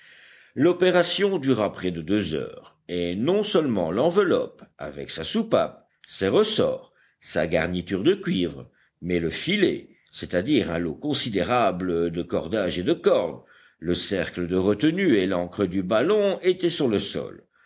l'opération dura près de deux heures et non seulement l'enveloppe avec sa soupape ses ressorts sa garniture de cuivre mais le filet c'est-à-dire un lot considérable de cordages et de cordes le cercle de retenue et l'ancre du ballon étaient sur le sol